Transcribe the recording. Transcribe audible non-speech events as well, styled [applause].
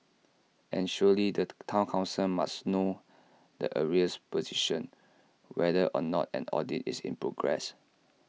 and surely the [noise] Town Council must know the arrears position whether or not an audit is in progress